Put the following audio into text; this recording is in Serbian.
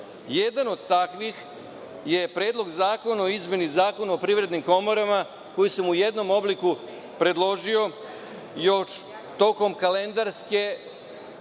Jedan od takvih je Predlog zakona o izmeni Zakona o privrednim komorama, koji sam u jednom obliku predložio još tokom kalendarske